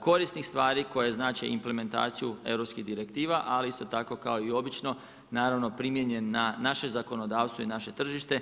korisnih stvari koji znače implementaciju europskih direktivna, ali isto tako kao i obično, naravno primijenjen na naše zakonodavstvo i naše tržište.